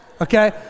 okay